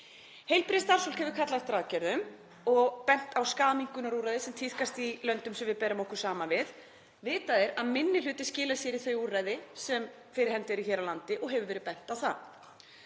Heilbrigðisstarfsfólk hefur kallað eftir aðgerðum og bent á skaðaminnkunarúrræði sem tíðkast í löndum sem við berum okkur saman við. Vitað er að minni hluti skilar sér í þau úrræði sem fyrir hendi eru hér á landi og hefur verið bent á það.